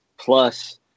Plus